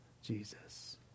Jesus